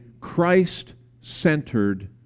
Christ-centered